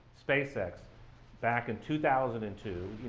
spacex back in two thousand and two.